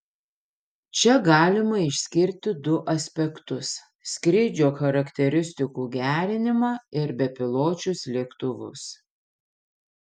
čia galima išskirti du aspektus skrydžio charakteristikų gerinimą ir bepiločius lėktuvus